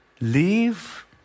leave